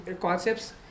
concepts